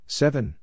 seven